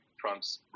Trump's